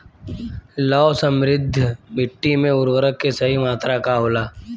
लौह समृद्ध मिट्टी में उर्वरक के सही मात्रा का होला?